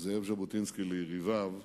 זאב ז'בוטינסקי ליריביו.